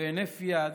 בהינף יד